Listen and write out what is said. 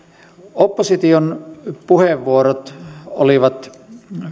opposition puheenvuorot olivat